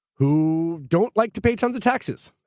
who don't like to pay tons of taxes.